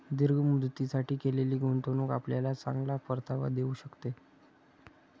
दीर्घ मुदतीसाठी केलेली गुंतवणूक आपल्याला चांगला परतावा देऊ शकते